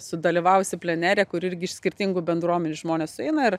sudalyvavusi plenere kur irgi iš skirtingų bendruomenių žmonės sueina ir